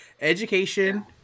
education